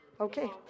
Okay